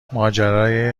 ماجرای